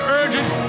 urgent